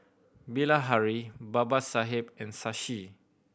Bilahari Babasaheb and Shashi